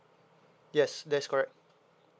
yes that's correct